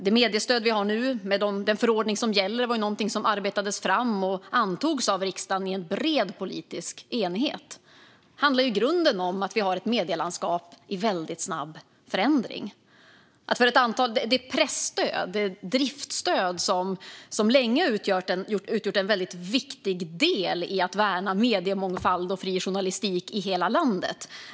Det mediestöd vi har nu och den förordning som gäller var någonting som arbetades fram och antogs av riksdagen i bred politisk enighet. Det handlar i grunden om att vi har ett medielandskap i väldigt snabb förändring. Presstödet eller driftsstödet har länge utgjort en väldigt viktig del i att värna mediemångfald och fri journalistik i hela landet.